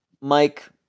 Mike